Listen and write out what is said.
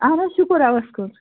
اہن حظ شُکُر رۄبَس کُن